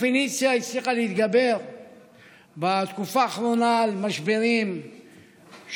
פניציה הצליח להתגבר בתקופה האחרונה על משברים שקשורים